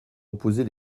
opposer